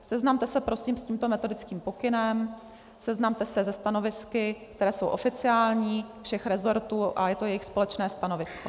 Seznamte se prosím s tímto metodickým pokynem, seznamte se se stanovisky, která jsou oficiální všech resortů, a je to jejich společné stanovisko.